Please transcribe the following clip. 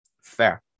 Fair